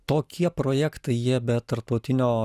tokie projektai jie be tarptautinio